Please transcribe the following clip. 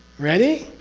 ready?